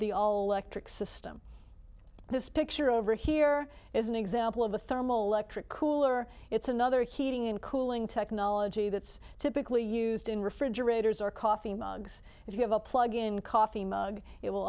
trick system this picture over here is an example of a thermal lecture cooler it's another heating and cooling technology that's typically used in refrigerators or coffee mugs if you have a plug in coffee mug it will